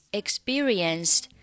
experienced